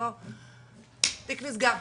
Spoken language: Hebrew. התיק נסגר.